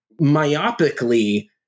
myopically